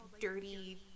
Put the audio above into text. dirty